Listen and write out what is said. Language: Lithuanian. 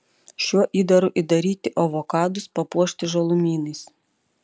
šiuo įdaru įdaryti avokadus papuošti žalumynais